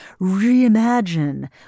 reimagine